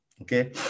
Okay